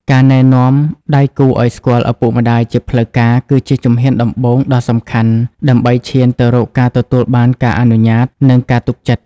ការណែនាំដៃគូឱ្យស្គាល់ឪពុកម្ដាយជាផ្លូវការ គឺជាជំហានដំបូងដ៏សំខាន់ដើម្បីឈានទៅរកការទទួលបានការអនុញ្ញាត និងការទុកចិត្ត។